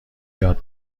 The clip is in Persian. یاد